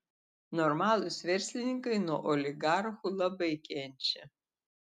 normalūs verslininkai nuo oligarchų labai kenčia